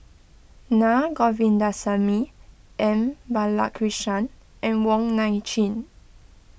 Naa Govindasamy M Balakrishnan and Wong Nai Chin